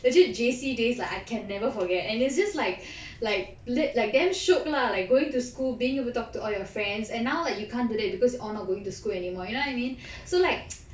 legit J_C days like I can never forget and it's just like like like damn shiok lah like going to school being able to talk to all your friends and now like you can't do that because we all not going to school anymore you know what I mean so like